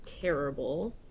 terrible